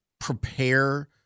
prepare